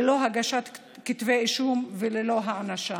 ללא הגשת כתבי אישום וללא הענשה.